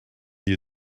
you